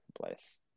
place